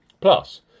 Plus